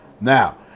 Now